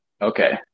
Okay